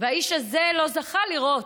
והאיש הזה לא זכה לראות